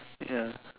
ya